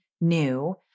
new